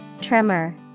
Tremor